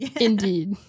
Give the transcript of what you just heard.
Indeed